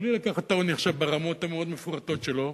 מבלי לקחת את העוני ברמות המאוד-מפורטות שלו,